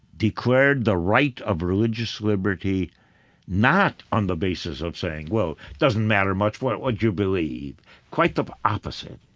declared the right of religious liberty not on the basis of saying, well, doesn't matter much what what you believe quite the opposite.